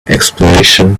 exploration